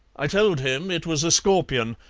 i told him it was a scorpion,